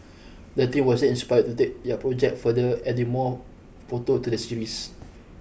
the team was then inspired to take their project further adding more photo to the series